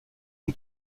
une